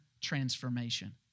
transformation